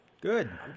Good